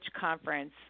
conference